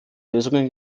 lösungen